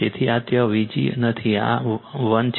તેથી આ ત્યાં Vg નથીઆ 1 છે